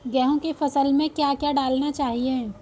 गेहूँ की फसल में क्या क्या डालना चाहिए?